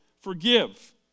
forgive